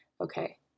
okay